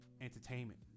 entertainment